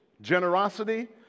generosity